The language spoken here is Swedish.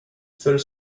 för